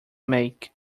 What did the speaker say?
make